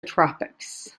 tropics